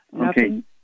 Okay